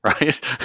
right